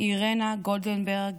אירנה גולדנברג,